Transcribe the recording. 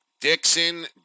Dixon